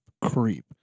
creep